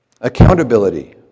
Accountability